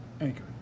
Anchor